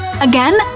Again